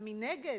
ומנגד,